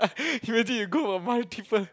imagine you go on